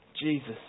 Jesus